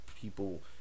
people